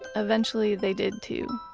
eventually they did too.